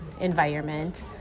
environment